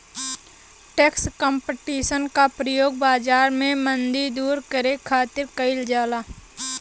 tax competition क प्रयोग बाजार में मंदी दूर करे खातिर कइल जाला